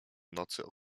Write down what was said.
nocy